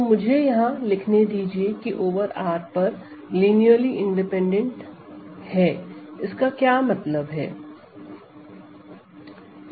तो मुझे यहां लिखने दीजिए की ओवर R पर लिनियरली इंडिपैंडेंट है इसका मतलब क्या है